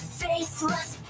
faceless